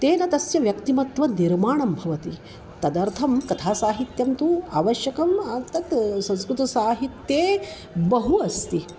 तेन तस्य व्यक्तिमत्व निर्माणं भवति तदर्थं कथासाहित्यं तु आवश्यकं तत् संस्कृतसाहित्ये बहु अस्ति